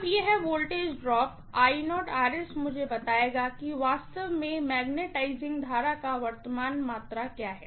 अब यह voltage drop मुझे बताएगा कि वास्तव में मैग्नेटाइजिंग करंट का वर्तमान मात्रा क्या है